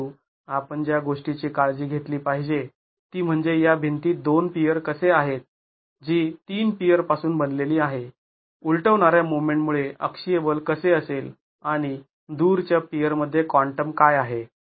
परंतु आपण ज्या गोष्टीची काळजी घेतली पाहिजे ती म्हणजे या भिंतीत दोन पियर कसे आहेत जी तीन पियर पासून बनलेली आहे उलटवणाऱ्या मोमेंटमुळे अक्षीय बल कसे असेल आणि दुरच्या पियर मध्ये क्वांटम काय आहे